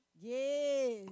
Yes